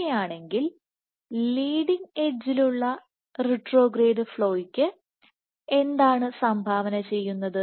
അങ്ങനെയാണെങ്കിൽ ലീഡിങ് എഡ്ജിലുള്ള Leading edge retrograde ഫ്ലോയ്ക്ക് എന്താണ് സംഭാവന ചെയ്യുന്നത്